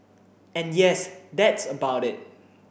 and yes that's about it